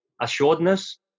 assuredness